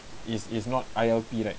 is is not I_L_P right